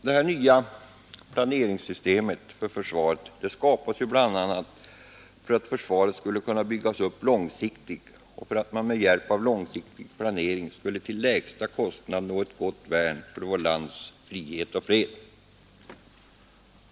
Det nya planeringssystemet för försvaret skapades bl.a. för att försvaret skulle kunna byggas upp långsiktigt och för att man med hjälp av långsiktig planering skulle till lägsta kostnad nå ett gott värn för vårt lands frihet och fred.